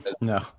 No